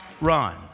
run